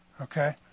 Okay